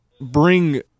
bring